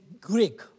Greek